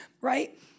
right